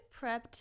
prepped